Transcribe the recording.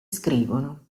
scrivono